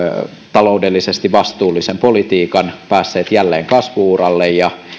taloudellisesti vastuullisen politiikan päässeet jälleen kasvu uralle ja